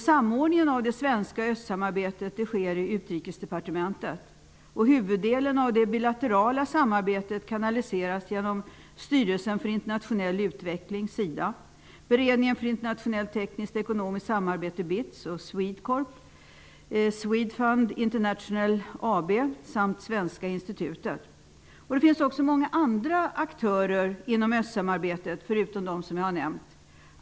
Samordningen av det svenska östsamarbetet sker i Det finns också många andra aktörer inom östsamarbetet förutom de jag nämnt här.